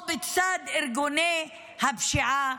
או בצד ארגוני הפשיעה,